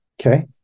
Okay